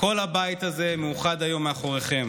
כל הבית הזה מאוחד היום מאחוריכם.